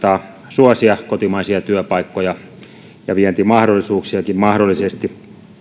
suosia kotimaista teollisuutta kotimaisia työpaikkoja ja vientimahdollisuuksiakin mahdollisesti